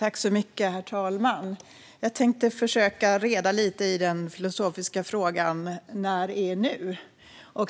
Herr talman! Jag tänkte försöka reda lite i den filosofiska frågan: När är nu?